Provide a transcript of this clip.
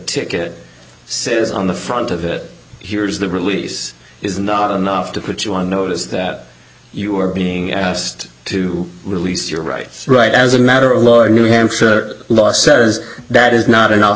icket says on the front of it here is the release is not enough to put you on notice that you are being asked to release your rights right as a matter of law in new hampshire law says that is not enough